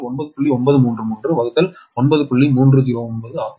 309 ஆக மாற்றியது அதாவது 0